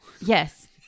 Yes